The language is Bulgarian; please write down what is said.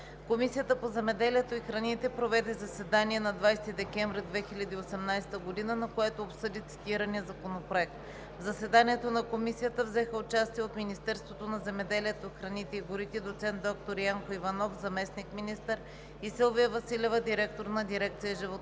Комисията по земеделието и храните проведе заседание на 20 декември 2018 г., на което обсъди цитирания законопроект. В заседанието на Комисията взеха участие – от Министерството на земеделието, храните и горите: доцент доктор Янко Иванов – заместник-министър, и Силвия Василева – директор на дирекция „Животновъдство“;